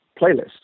playlist